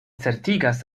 certigas